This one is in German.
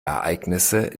ereignisse